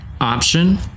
option